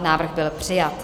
Návrh byl přijat.